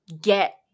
Get